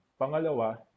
pangalawa